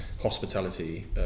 hospitality